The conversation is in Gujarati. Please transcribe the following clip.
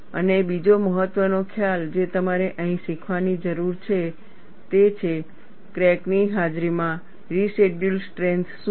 અને બીજો મહત્વનો ખ્યાલ જે તમારે અહીં શીખવાની જરૂર છે તે છે ક્રેકની હાજરીમાં રેસિડયૂઅલ સ્ટ્રેન્થ શું છે